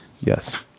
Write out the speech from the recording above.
Yes